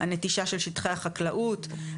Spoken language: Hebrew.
הנטישה של שטחי החקלאות,